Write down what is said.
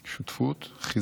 "3.